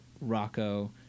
Rocco